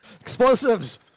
Explosives